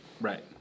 Right